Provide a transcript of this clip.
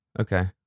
Okay